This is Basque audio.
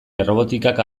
errobotikak